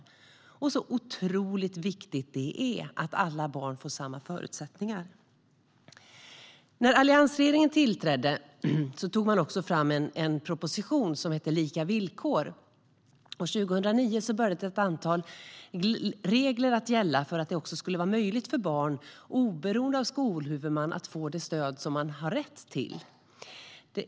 Det är så otroligt viktigt att alla barn får samma förutsättningar. När alliansregeringen tillträdde lade den fram en proposition om lika villkor, och år 2009 började ett antal regler gälla för att det skulle vara möjligt för barn att oberoende av skolhuvudman få det stöd de har rätt till.